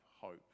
hope